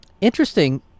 interesting